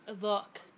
look